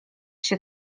się